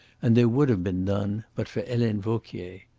and there would have been none but for helene vauquier.